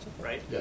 right